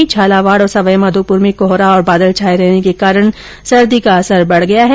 वहीं झालावाड़ और सवाईमाधोपूर में भी कोहरा और बादल छाए रहने के कारण सर्दी का असर और बढ़ गया है